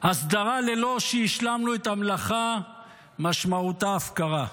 הסדרה ללא שהשלמנו את המלאכה משמעותה הפקרה.